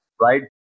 right